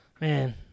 man